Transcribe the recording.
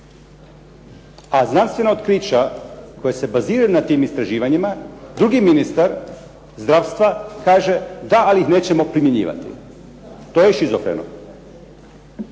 a znanstvena otkrića koja se baziraju na tim istraživanjima, drugi ministar, zdravstva, kaže da, ali ih nećemo primjenjivati. To je šizofreno.